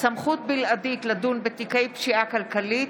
(סמכות בלעדית לדון בתיקי פשיעה כלכלית),